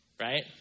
Right